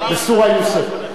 בסורת יוסוף.